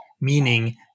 meaning